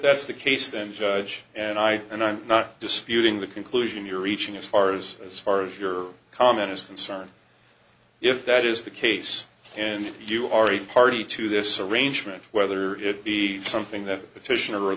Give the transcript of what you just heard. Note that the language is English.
that's the case then judge and i and i'm not disputing the conclusion you're reaching as far as as far as your comment is concerned if that is the case and if you are a party to this arrangement whether it be something that petitioner or